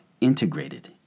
integrated